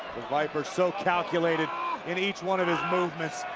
viper so calculated in each one of his movements,